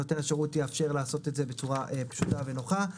שנותן השירות יאפשר לעשות את בצורה פשוטה ונוחה.